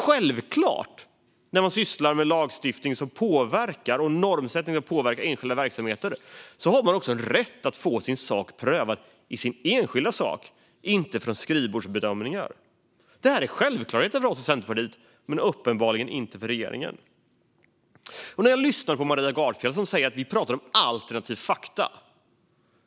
När man sysslar med lagstiftning och normsättning som påverkar enskilda verksamheter har man självklart rätt att få sin enskilda sak prövad, inte skrivbordsbedömningar. Det är en självklarhet för oss i Centerpartiet men uppenbarligen inte för regeringen. Maria Gardfjell säger att vi pratar om alternativa fakta.